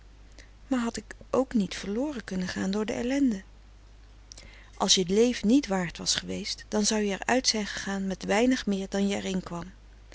maar had ik ook niet verloren kunnen gaan door de ellende frederik van eeden van de koele meren des doods als je t leven niet waard was geweest dan zou je er uit zijn gegaan met weinig meer dan je